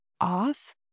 off